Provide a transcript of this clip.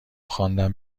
خواندن